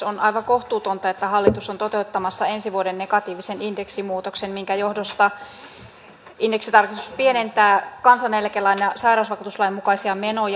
on aivan kohtuutonta että hallitus on toteuttamassa ensi vuoden negatiivisen indeksimuutoksen minkä johdosta indeksitarkistus pienentää kansaneläkelain ja sairausvakuutuslain mukaisia menoja